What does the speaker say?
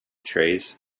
trees